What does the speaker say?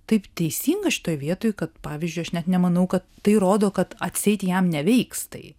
taip teisinga šitoj vietoj kad pavyzdžiui aš net nemanau kad tai rodo kad atseit jam neveiks tai